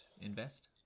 invest